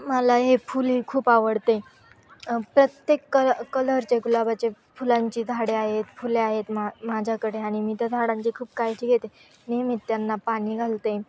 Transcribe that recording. मला हे फुले खूप आवडते प्रत्येक कल कलरचे गुलाबाचे फुलांची झाडे आहेत फुले आहेत मा माझ्याकडे आणि मी त्या झाडांची खूप काळजी घेते नियमित त्यांना पाणी घालते